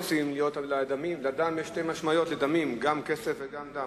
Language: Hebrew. לדמים יש שתי משמעויות, גם כסף וגם דם.